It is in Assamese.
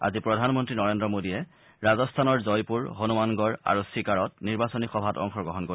আজি প্ৰধানমন্ত্ৰী নৰেন্দ্ৰ মোডীয়ে ৰাজস্থানৰ জয়পুৰ হনুমানগড় আৰু ছিকাৰত নিৰ্বাচনী সভাত অংশগ্ৰহণ কৰিব